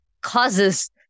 causes